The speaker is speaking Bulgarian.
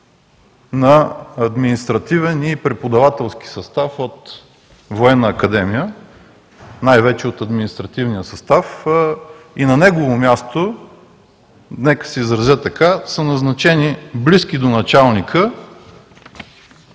на административен и преподавателски състав от Военна академия, най-вече от административния състав и на негово място, нека се изразя така: са назначени близки до началника